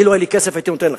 אילו היה לי כסף הייתי נותן לך,